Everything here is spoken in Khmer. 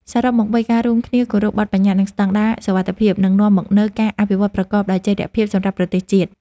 សរុបមកវិញ ការរួមគ្នាគោរពបទប្បញ្ញត្តិ និងស្តង់ដារសុវត្ថិភាព នឹងនាំមកនូវការអភិវឌ្ឍប្រកបដោយចីរភាពសម្រាប់ប្រទេសជាតិ។